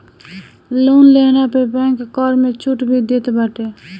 loan लेहला पे bank कर में छुट भी देत बाटे